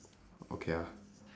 okay ah